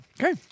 okay